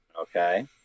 Okay